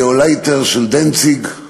הגאולייטר של דנציג,